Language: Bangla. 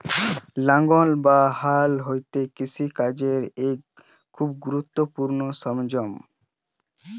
লাঙ্গল বা হাল হতিছে কৃষি কাজের এক খুবই গুরুত্বপূর্ণ সরঞ্জাম